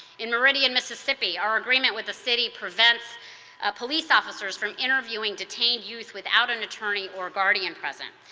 in meridian, mississippi, our agreement with the city prevents police officer some interviewing detained youth without an attorney or guardian present.